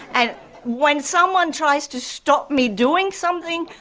and when someone tries to stop me doing something,